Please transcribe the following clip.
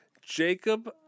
Jacob